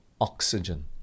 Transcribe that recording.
oxygen